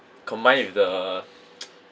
combined with the